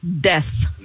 death